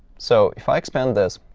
so if i expand this,